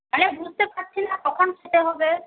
হ্যাঁ বুঝতে পারছিনা কখন খেতে হবে